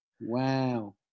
wow